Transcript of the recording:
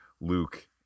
luke